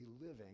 living